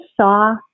saw